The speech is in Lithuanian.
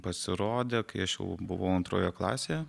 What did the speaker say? pasirodė kai aš jau buvau antroje klasėje